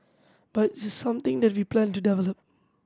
but it's something that we plan to develop